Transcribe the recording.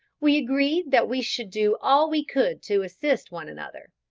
we agreed that we should do all we could to assist one another,